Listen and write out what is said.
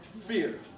fear